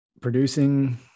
producing